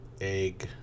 Egg